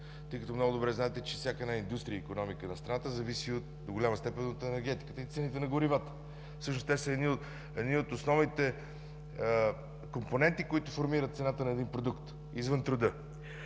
тъй като много добре знаете, че всяка една индустрия и икономика на страната зависи до голяма степен и от енергетиката и цените на горивата. Всъщност те са едни от основните компоненти, които формират цената на един продукт извън труда.